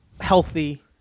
Healthy